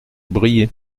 briey